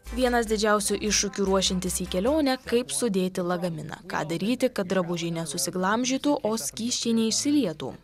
vienas didžiausių iššūkių ruošiantis į kelionę kaip sudėti lagaminą ką daryti kad drabužiai nesusiglamžytų o skysčiai neišsilietų